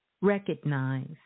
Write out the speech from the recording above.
recognize